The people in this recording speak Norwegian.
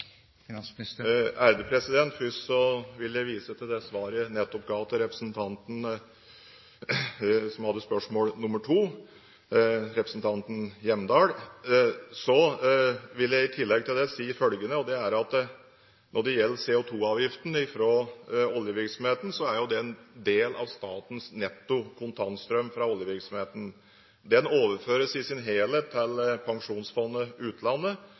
Først vil jeg vise til det svaret jeg nettopp ga til representanten som hadde spørsmål 2 – representanten Hjemdal. Så vil jeg i tillegg til det si følgende: Når det gjelder CO2-avgiften fra oljevirksomheten, så er jo den en del av statens netto kontantstrøm fra oljevirksomheten. Den overføres i sin helhet til